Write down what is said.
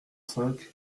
cinq